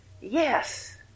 Yes